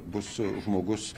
bus žmogus